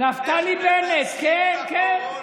נפתלי בנט, כן, כן.